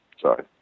Sorry